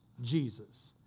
Jesus